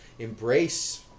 Embrace